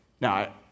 Now